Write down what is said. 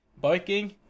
biking